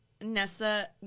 Nessa